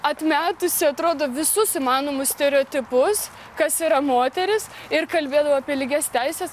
atmetusi atrodo visus įmanomus stereotipus kas yra moteris ir kalbėdavau apie lygias teises